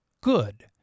good